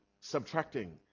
subtracting